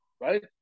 right